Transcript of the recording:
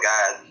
God